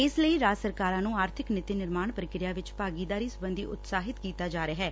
ਇਸ ਲਈ ਰਾਜ ਸਰਕਾਰਾਂ ਨੂੰ ਆਰਥਿਕ ਨੀਤੀ ਨਿਰਮਾਣ ਪ੍ਰੀਕਿਰਿਆ ਚ ਭਾਗੀਦਾਰੀ ਸਬੰਧੀ ਉਤਸ਼ਾਹਿਤ ਕੀਤਾ ਜਾ ਰਿਹੈ